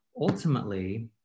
ultimately